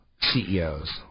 CEOs